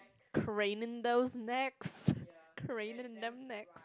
craning those necks craning them necks